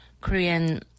Korean